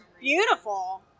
beautiful